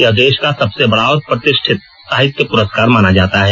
यह देश का सबसे बड़ा और प्रतिष्ठित साहित्य पुरस्कार माना जाता है